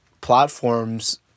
platforms